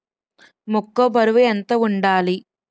మొక్కొ బరువు ఎంత వుండాలి?